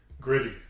Gritty